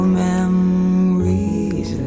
memories